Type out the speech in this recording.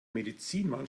medizinmann